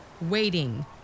waiting